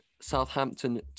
Southampton